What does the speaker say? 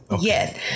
Yes